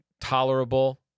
tolerable